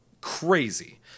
crazy